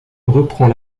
reprend